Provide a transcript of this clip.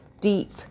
deep